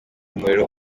umuriro